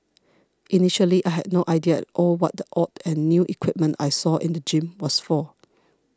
initially I had no idea at all what the odd and new equipment I saw in the gym was for